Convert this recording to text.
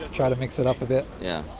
trying to mix it up a bit yeah.